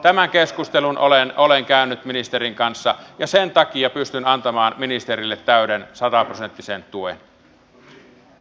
tämän keskustelun olen käynyt ministerin kanssa ja sen takia pystyn antamaan ministerille täyden sataprosenttisen tuen